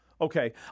Okay